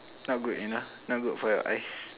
not good you know not good for your eyes